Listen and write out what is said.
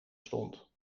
stond